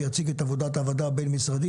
שיציג את עבודת הוועדה הבין-משרדית,